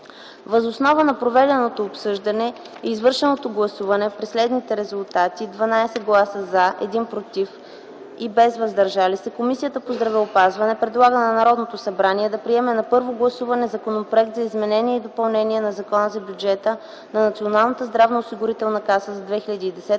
Въз основа на проведеното обсъждане и извършеното гласуване при следните резултати: „за” – 12, „против” – 1, „въздържали се” – няма, Комисията по здравеопазването предлага на Народното събрание да приеме на първо гласуване Законопроекта за изменение и допълнение на Закона за Бюджета на Националната здравноосигурителна каса за 2010 г.,